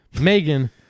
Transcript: Megan